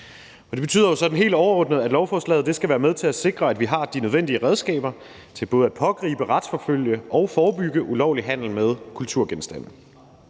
helt overordnet, at lovforslaget skal være med til at sikre, at vi har de nødvendige redskaber til både at pågribe, retsforfølge og forebygge ulovlig handel med kulturgenstande.